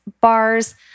bars